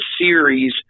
series